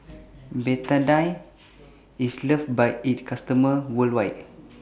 Betadine IS loved By its customers worldwide